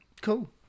Cool